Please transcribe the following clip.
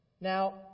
Now